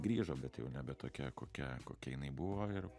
grįžo bet jau nebe tokia kokia kokia jinai buvo ir